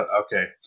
Okay